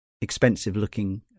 expensive-looking